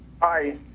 Hi